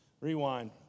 Rewind